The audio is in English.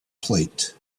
plate